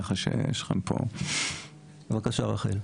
ככה שיש לכם פה- -- בבקשה רחל.